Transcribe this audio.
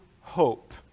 hope